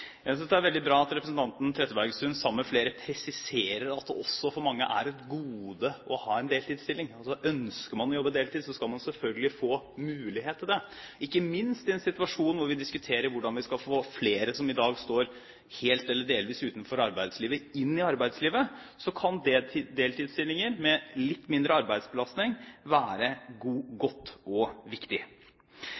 Jeg synes det er veldig bra at representanten Trettebergstuen sammen med flere presiserer at det også for mange er et gode å ha en deltidsstilling. Ønsker man å jobbe deltid, skal man selvfølgelig få mulighet til det – ikke minst i en situasjon hvor vi diskuterer hvordan vi skal få flere, som i dag står helt eller delvis utenfor arbeidslivet, inn i arbeidslivet, kan deltidsstillinger med litt mindre arbeidsbelastning være